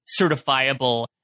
certifiable